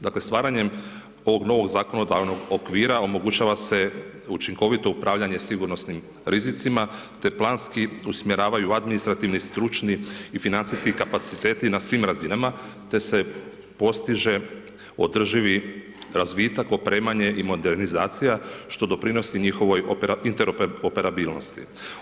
Dakle, stvaranjem ovog novog zakonodavnog okvira, omogućava se učinkovito upravljanje sigurnosnim rizicima, te planski usmjeravaju administrativni, stručni i financijski kapaciteti na svim razinama, te se postiže održivi razvitak, opremanje i modernizacija što doprinosi njihovoj interoperabilnosti.